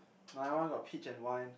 my one got peach and wine